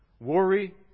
Worry